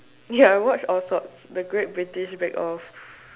ya I watch all sorts the great British bake off